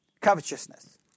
Covetousness